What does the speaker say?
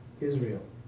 Israel